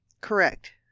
Correct